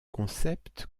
concept